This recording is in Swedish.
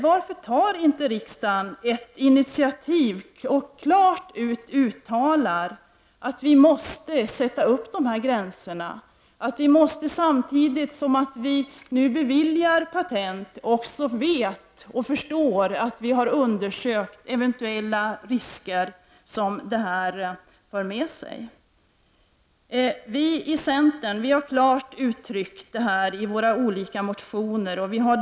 Varför tar inte riksdagen ett initiativ och klart uttalar att vi måste sätta upp de här gränserna, att vi samtidigt som det beviljas patent också måste veta och förstå att de eventuella risker som det här kan föra med sig har blivit undersökta? Vi i centern har i olika motioner klart lagt fram dessa synpunkter.